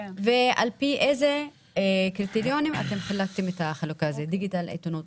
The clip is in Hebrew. ולפי איזה קריטריונים אתם חילקתם את זה לדיגיטל ולעיתונות.